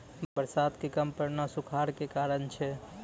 बरसात के कम पड़ना सूखाड़ के कारण छै